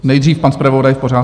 Nejdřív pan zpravodaj, v pořádku.